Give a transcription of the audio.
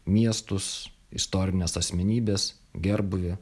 miestus istorines asmenybes gerbūvį